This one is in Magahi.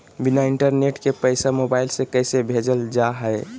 बिना इंटरनेट के पैसा मोबाइल से कैसे भेजल जा है?